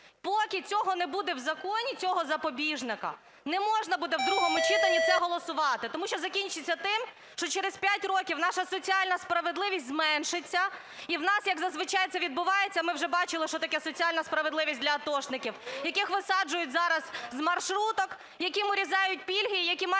Поки цього не буде в законі, цього запобіжника, не можна буде в другому читанні це голосувати. Тому що закінчиться тим, що через п'ять років наша соціальна справедливість зменшиться, і в нас, як зазвичай це відбувається, ми вже бачили, що таке соціальна справедливість для атошників, яких висаджують зараз з маршруток, яким урізають пільги,